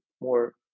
more